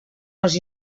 les